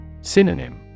Synonym